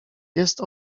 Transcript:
jest